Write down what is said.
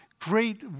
great